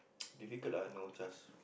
difficult lah no C_H_A_S